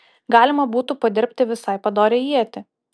galima būtų padirbti visai padorią ietį